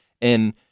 And-